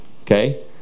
Okay